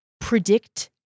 predict